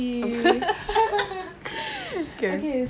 apa okay